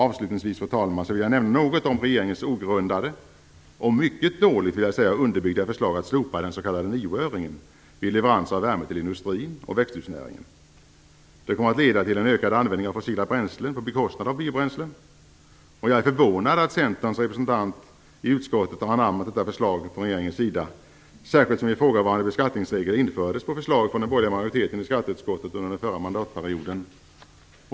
Avslutningsvis, fru talman, vill jag nämna något om regeringens ogrundade och, vill jag säga, mycket dåligt underbyggda förslag att slopa den s.k. nioöringen vid leverans av värme till industrin och växthusnäringen. Det kommer att leda till en ökad användning av fossila bränslen på bekostnad av biobränslen. Jag är förvånad över att Centerns representant i utskottet har anammat detta förslag från regeringen, särskilt som ifrågavarande beskattningsregel infördes på förslag av den borgerliga majoriteten i skatteutskottet under den förra mandatperioden.